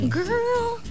Girl